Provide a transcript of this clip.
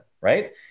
right